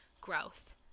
growth